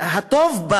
הדבר הטוב,